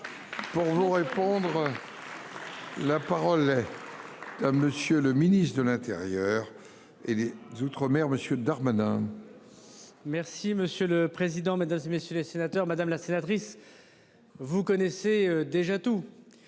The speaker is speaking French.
dans quel délai. La parole est. Monsieur le ministre de l'Intérieur et des Outre-mer monsieur Darmanin. Merci monsieur le président, Mesdames, et messieurs les sénateurs Madame la sénatrice. Vous connaissez déjà tout.